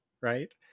right